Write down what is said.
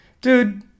Dude